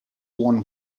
warn